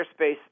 airspace